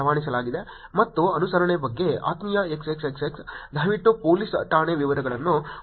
ಮತ್ತು ಅನುಸರಣೆ ಬಗ್ಗೆ ಆತ್ಮೀಯ XXX ದಯವಿಟ್ಟು ಪೊಲೀಸ್ ಠಾಣೆ ವಿವರಗಳನ್ನು ಒದಗಿಸಿ